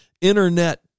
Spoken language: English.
internet